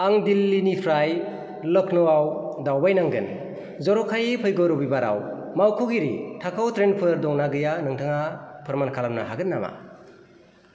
आं दिल्लीनिफ्राय लखनऊआव दावबायनांगोन जर'खायै फैगौ रबिबारआव मावख'गिरि थाखोआव ट्रेनफोर दंना गैया नोंथाङा फोरमान खालामनो हागोन नामा